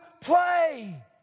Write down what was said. play